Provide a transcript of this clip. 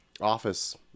Office